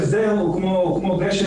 ההסדר הוא כמו גשם,